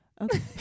Okay